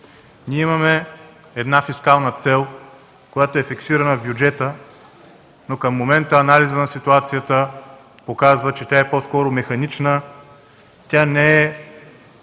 Ние имаме една фискална цел, която е фиксирана в бюджета, но към момента анализът на ситуацията показва, че тя е по-скоро механична, не е